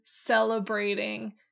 celebrating